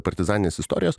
partizaninės istorijos